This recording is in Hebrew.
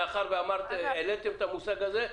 מאחר שהעליתם את המושג הזה,